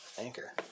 anchor